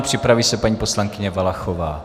Připraví se paní poslankyně Valachová.